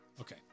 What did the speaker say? Okay